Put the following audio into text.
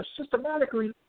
systematically